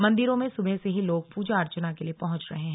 मंदिरों में सुबह से ही लोग पूजा अर्चना के लिए पहुंच रहे हैं